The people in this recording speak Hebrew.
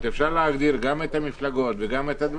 אפשר להבין מה הוחלט?